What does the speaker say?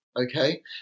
okay